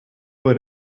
would